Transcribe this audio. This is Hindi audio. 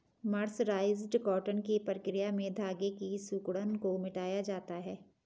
मर्सराइज्ड कॉटन की प्रक्रिया में धागे की सिकुड़न को मिटाया जाता है